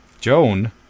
Joan